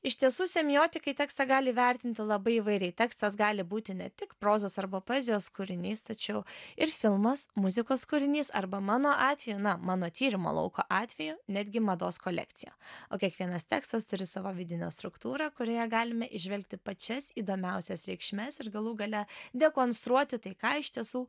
iš tiesų semiotikai tekstą gali vertinti labai įvairiai tekstas gali būti ne tik prozos arba poezijos kūrinys tačiau ir filmas muzikos kūrinys arba mano atveju na mano tyrimo lauko atveju netgi mados kolekcija o kiekvienas tekstas turi savo vidinę struktūrą kurioje galime įžvelgti pačias įdomiausias reikšmes ir galų gale dekonstruoti tai ką iš tiesų